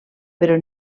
però